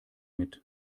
mit